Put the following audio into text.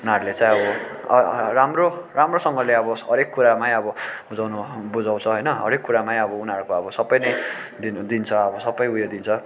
उनीहरूले चाहिँ अब राम्रो राम्रोसँगले अब हरेक कुरामै अब बुझाउनु बुझाउँछ होइन हरेक कुरामै अब उनीहरूको अब सबै नै दिनु दिन्छ अब सबै उयो दिन्छ